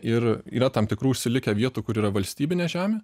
ir yra tam tikrų užsilikę vietų kur yra valstybinė žemė